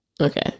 Okay